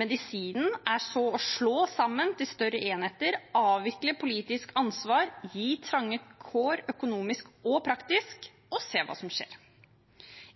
Medisinen er så å slå sammen til større enheter, avvikle politisk ansvar, gi trange kår økonomisk og praktisk – og se hva som skjer.